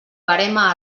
verema